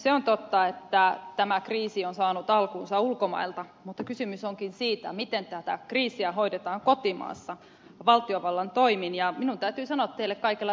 se on totta että tämä kriisi on saanut alkunsa ulkomailta mutta kysymys onkin siitä miten tätä kriisiä hoidetaan kotimaassa valtiovallan toimin ja minun täytyy sanoa teille kaikella ystävyydellä ed